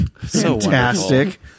fantastic